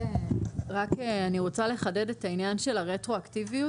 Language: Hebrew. אני רק רוצה לחדד את העניין של רטרואקטיביות,